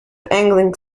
angling